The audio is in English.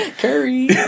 Curry